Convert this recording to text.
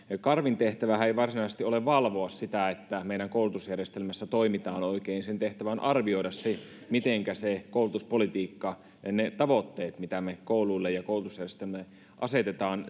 karvin tehtävähän ei varsinaisesti ole valvoa sitä että meidän koulutusjärjestelmässä toimitaan oikein vaan sen tehtävä on arvioida kuinka hyvin se koulutuspolitiikka ja ne tavoitteet mitä me kouluille ja koulutusjärjestelmälle asetamme